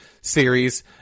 series